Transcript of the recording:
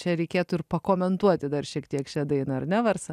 čia reikėtų ir pakomentuoti dar šiek tiek šią dainą ar ne varsa